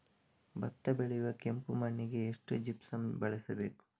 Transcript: ಭತ್ತ ಬೆಳೆಯುವ ಕೆಂಪು ಮಣ್ಣಿಗೆ ಎಷ್ಟು ಜಿಪ್ಸಮ್ ಬಳಸಬೇಕು?